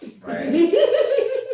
Right